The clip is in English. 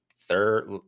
third